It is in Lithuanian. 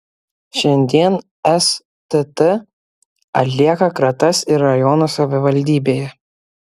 šiandien stt atlieka kratas ir rajono savivaldybėje